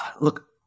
Look